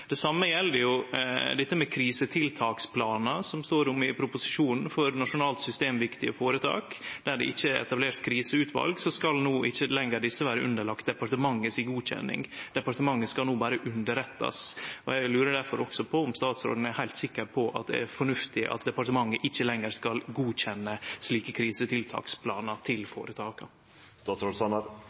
Det same gjeld det med krisetiltaksplanar som det står om i proposisjonen. Nasjonalt systemviktige føretak der det ikkje er etablert kriseutval, skal no ikkje lenger vere underlagde godkjenning frå departementet. Departementet skal no berre underrettast. Eg lurer difor også på om statsråden er heilt sikker på at det er fornuftig at departementet ikkje lenger skal godkjenne slike